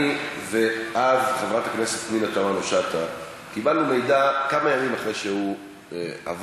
אני ואז חברת הכנסת פנינה תמנו-שטה קיבלנו מידע כמה ימים אחרי שהוא עבר,